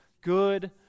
Good